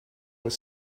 were